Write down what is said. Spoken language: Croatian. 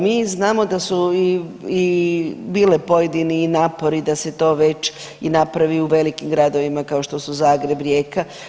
Mi znamo da su i bili pojedini napori da se to već i napravi u velikim gradovima kao što su Zagreb, Rijeka.